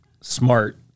smart